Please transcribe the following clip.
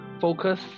focus